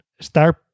start